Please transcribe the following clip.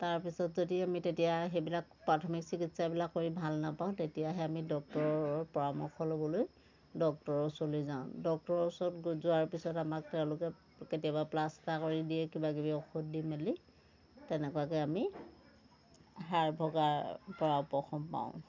তাৰপিছত যদি আমি তেতিয়া প্ৰাথমিক চিকিৎসাবিলাক কৰি ভাল নাপাওঁ তেতিয়াহে আমি ডক্তৰৰ পৰামৰ্শ ল'বলৈ ডক্তৰৰ ওচৰলৈ যাওঁ ডক্তৰৰ ওচৰত গৈ যোৱাৰ পিছত তেওঁলোকে কেতিয়াবা প্লাষ্টাৰ কৰি দিয়ে কিবাকিবি ঔষধ দি মেলি তেনেকুৱাকৈ আমি হাড় ভগাৰ পৰা উপশম পাওঁ